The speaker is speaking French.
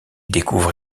découvre